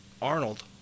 Arnold